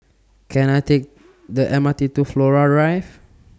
Can I Take The M R T to Flora Rive